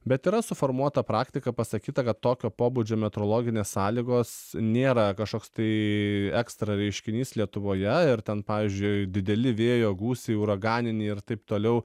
bet yra suformuota praktika pasakyta kad tokio pobūdžio metrologinės sąlygos nėra kažkoks tai ekstra reiškinys lietuvoje ir ten pavyzdžiui dideli vėjo gūsiai uraganiniai ir taip toliau